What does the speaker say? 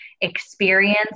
experience